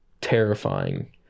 terrifying